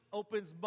opens